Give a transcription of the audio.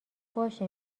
باشه